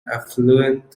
affluent